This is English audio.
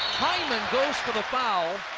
hyman goes for the foul.